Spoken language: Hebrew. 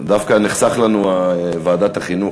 דווקא נחסכה לנו ועדת החינוך,